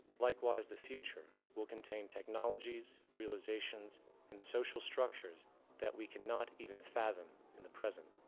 likewise, the future will contain technologies, realizations and social structures that we cannot even fathom in the present.